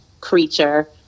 creature